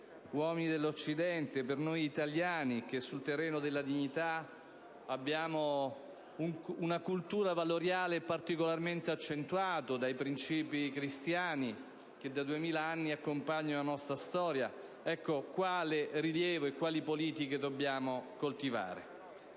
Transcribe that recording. uomini dell'Occidente e noi italiani, che sul terreno della dignità abbiamo una cultura valoriale particolarmente accentuata dai principi cristiani che da 2.000 anni accompagnano la nostra storia, quale rilievo e quali politiche dobbiamo coltivare?